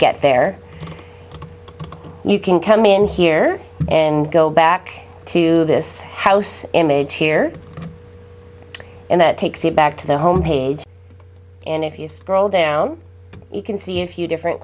get there you can come in here and go back to this house in may tear and that takes you back to the home page and if you scroll down you can see a few different